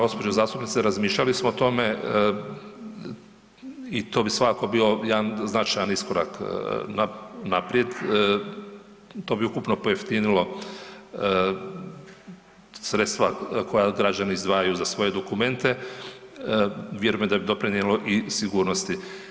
Poštovana zastupnice, razmišljali smo o tome i to bi svakako bio jedan značajan iskorak naprijed, to bi ukupno pojeftinilo sredstva koja građani izdvajaju za svoje dokumente, vjerujem da bi doprinijelo i sigurnosti.